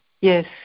Yes